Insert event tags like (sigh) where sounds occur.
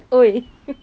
!oi! (noise)